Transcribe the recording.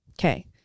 Okay